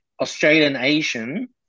Australian-Asian